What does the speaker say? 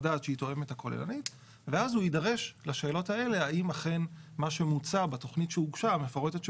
תוכנית מתארית קודמת אז ייתכן שהמצב הקיים הוא התוכנית המתארית,